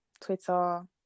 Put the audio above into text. Twitter